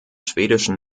schwedischen